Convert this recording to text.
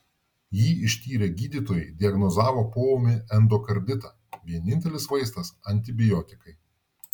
jį ištyrę gydytojai diagnozavo poūmį endokarditą vienintelis vaistas antibiotikai